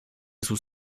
sus